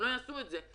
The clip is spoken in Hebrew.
הם לא יעשו את זה.